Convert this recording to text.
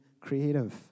creative